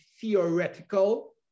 theoretical